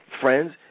friends